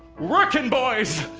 working boys!